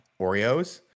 Oreos